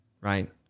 Right